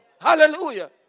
Hallelujah